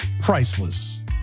priceless